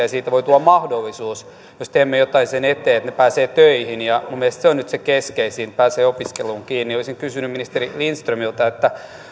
ja siitä voi tulla mahdollisuus jos teemme jotain sen eteen että he pääsevät töihin minun mielestäni se on nyt se keskeisin että he pääsevät opiskeluun kiinni olisin kysynyt ministeri lindströmiltä